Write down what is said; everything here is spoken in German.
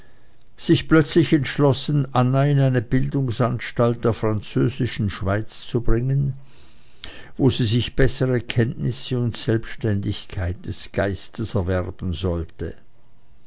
sich plötzlich entschlossen anna in eine bildungsanstalt der französischen schweiz zu bringen wo sie sich bessere kenntnisse und selbständigkeit des geistes erwerben sollte